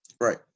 Right